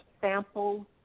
sample